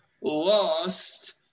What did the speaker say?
lost